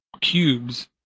cubes